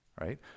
right